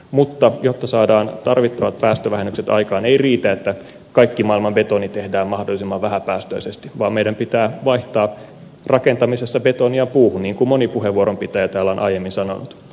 mutta jotta saadaan tarvittavat päästövähennykset aikaan ei riitä että kaikki maailman betoni tehdään mahdollisimman vähäpäästöisesti vaan meidän pitää vaihtaa rakentamisessa betonia puuhun niin kuin moni puheenvuoron käyttäjä täällä on aiemmin sanonut